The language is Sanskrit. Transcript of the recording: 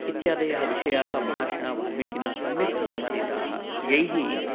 इत्यादयः विषयाः महर्षिणा वाल्मीकिना सम्यक् प्रतिपादिताः यैः